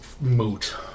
moot